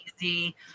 easy